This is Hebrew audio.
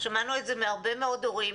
שמענו את זה מהרבה מאוד הורים,